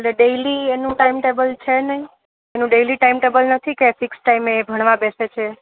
daily એનું time table છે નઈ એનું ડેયલી ટાઈમ ટેબલ નથી કે ફિક્સ ટાઈમે એ ભણવા બેસે છે